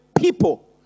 People